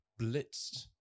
blitzed